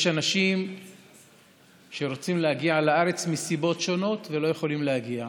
יש אנשים שרוצים להגיע לארץ מסיבות שונות ולא יכולים להגיע.